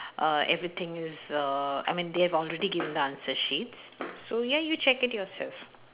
uh everything is uh I mean they have already given the answer sheets so ya you check it yourself